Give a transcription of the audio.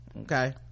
okay